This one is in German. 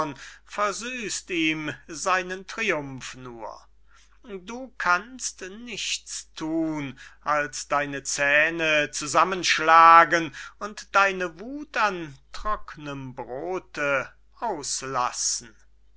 seinen triumph nur du kannst nichts thun als deine zähne zusammenschlagen und deine wuth an trocknem brode auslassen